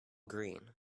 green